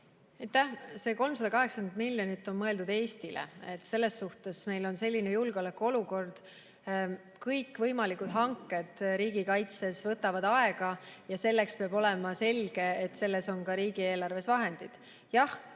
See 380 miljonit on mõeldud Eestile. Meil on selline julgeolekuolukord. Kõikvõimalikud hanked riigikaitses võtavad aega ja peab olema selge, et selleks on ka riigieelarves vahendid. Jah,